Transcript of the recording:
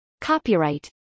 Copyright